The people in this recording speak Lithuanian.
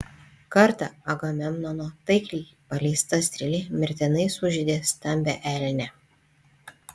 kartą agamemnono taikliai paleista strėlė mirtinai sužeidė stambią elnę